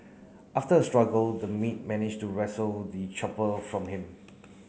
after a struggle the maid managed to wrestle the chopper from him